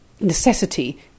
necessity